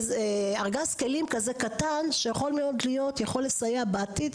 ארגז כלים כזה קטן שיוכל יכול לסייע בעתיד.